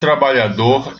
trabalhador